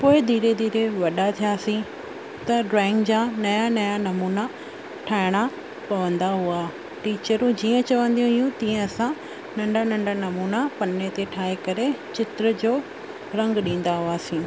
पोइ धीरे धीरे वॾा थियासीं त ड्रॉइंग जा नया नया नमूना ठाहिणा पवंदा हुआ टीचरूं जीअं चवंदी हुयूं तीअं असां नंढा नंढा नमूना पने ते ठाहे करे चित्र जो रंग ॾींदा हुआसीं